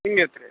ಹಿಂಗೇತ್ ರೀ